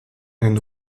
einen